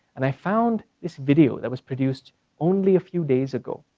and i found this video that was produced only a few days ago.